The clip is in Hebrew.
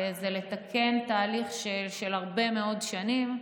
זה לתקן תהליך של הרבה מאוד שנים,